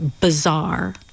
bizarre